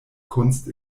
kunst